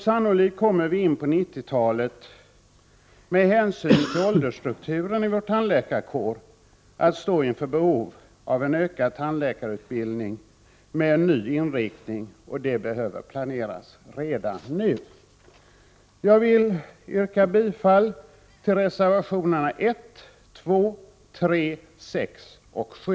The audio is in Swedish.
Sannolikt kommer vi, med hänsyn till åldersstrukturen inom tandläkarkåren, att på 90-talet stå inför ett behov av en ökad tandläkarutbildning med en ny inriktning, och detta behöver planeras redan nu. Jag vill yrka bifall till reservationerna 1, 2, 3, 6 och 7.